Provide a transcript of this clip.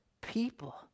people